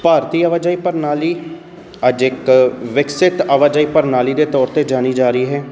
ਭਾਰਤੀ ਆਵਾਜਾਈ ਪ੍ਰਣਾਲੀ ਅੱਜ ਇੱਕ ਵਿਕਸਿਤ ਆਵਾਜਾਈ ਪ੍ਰਣਾਲੀ ਦੇ ਤੌਰ 'ਤੇ ਜਾਣੀ ਜਾ ਰਹੀ ਹੈ